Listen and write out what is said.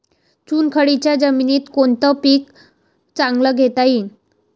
चुनखडीच्या जमीनीत कोनतं पीक चांगलं घेता येईन?